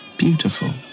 beautiful